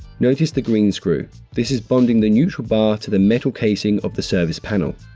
notice the green screw. this is bonding the neutral bar to the metal casing of the service panel.